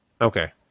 Okay